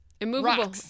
Immovable